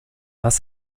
was